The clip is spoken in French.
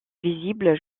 visible